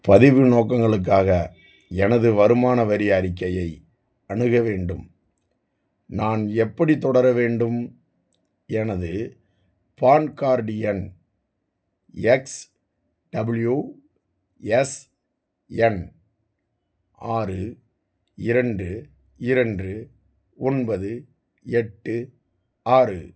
பதிவு நோக்கங்களுக்காக எனது வருமான வரி அறிக்கையை அணுக வேண்டும் நான் எப்படி தொடர வேண்டும் எனது பான் கார்டு எண் எக்ஸ்டபுள்யுஎஸ்என் ஆறு இரண்டு இரண்டு ஒன்பது எட்டு ஆறு